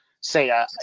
say